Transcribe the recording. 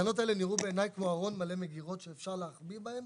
התקנות האלה נראו בעיניי כמו ארון מלא מגירות שאפשר להחביא בהן